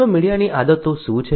તો મીડિયાની આદતો શું છે